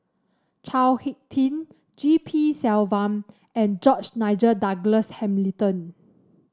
Chao HicK Tin G P Selvam and George Nigel Douglas Hamilton